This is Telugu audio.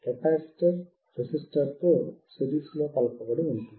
కెపాసిటర్ రెసిస్టర్తో సిరీస్లో కలపబడి ఉంటుంది